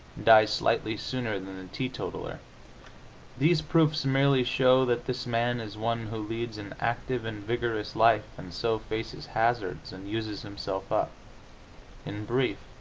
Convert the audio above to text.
dies slightly sooner than the teetotaler these proofs merely show that this man is one who leads an active and vigorous life, and so faces hazards and uses himself up in brief,